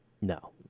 No